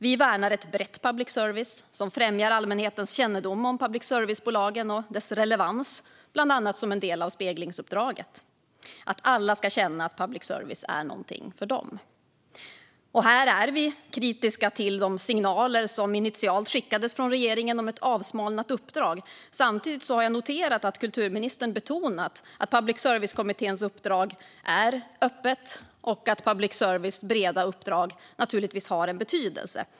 Vi värnar en bred public service som främjar allmänhetens kännedom om public service-bolagen och deras relevans, bland annat som en del av speglingsuppdraget. Alla ska känna att public service är någonting för dem. Vi är kritiska till de signaler som initialt skickades från regeringen om ett avsmalnat uppdrag. Samtidigt har jag noterat att kulturministern betonat att public service-kommitténs uppdrag är öppet och att public services breda uppdrag naturligtvis har betydelse.